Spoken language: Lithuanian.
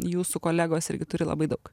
jūsų kolegos irgi turi labai daug